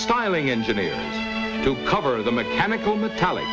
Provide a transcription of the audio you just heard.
styling engineer to cover the mechanical metallic